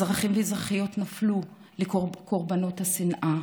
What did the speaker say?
אזרחים ואזרחיות נפלו כקורבנות השנאה.